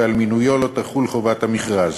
ועל מינויו לא תחול חובת המכרז.